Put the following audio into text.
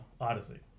Odyssey